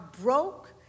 broke